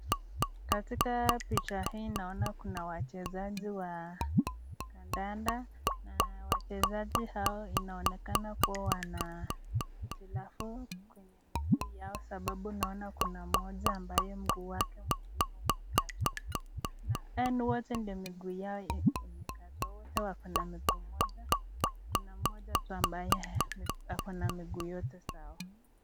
Katika picha hii naona kuna wachezaji wa kandanda, wachezaji hawa inaonekana kuwa wana itilafu kwenye miguu yao, sababu naona kuna mmoja ambaye mguu wake mwingine umekatwa. Wote miguu yao imekatwa, wote wakona na miguu moja, kuna mmoja tu ambaye akona miguu yote sawa.